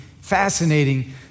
fascinating